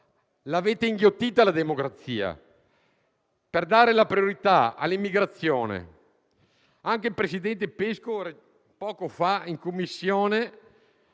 avete inghiottito la democrazia per dare la priorità all'immigrazione. Anche il presidente Pesco, poco fa, in Commissione